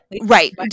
right